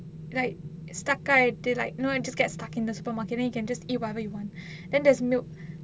like stuck ஆயிட்டு:ayittu like you can just stuck in the supermarket then you can just eat whatever you want then the snoop